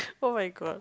oh-my-god